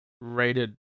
rated